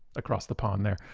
across the pond there.